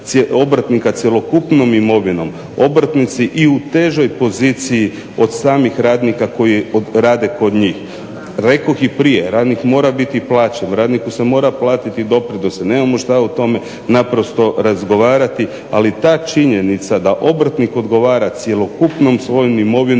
obrtnika cjelokupnom imovnom obrtnici i u težoj poziciji od samih radnika koji rade kod njih. Rekoh i prije, radnik mora biti plaćan, radniku se mora platiti doprinose, nemamo šta o tome razgovarati ali ta činjenica da obrtnik odgovora cjelokupnom svojom imovinom